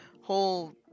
whole